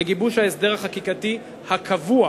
לגיבוש ההסדר החקיקתי הקבוע